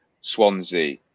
Swansea